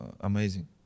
amazing